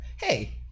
hey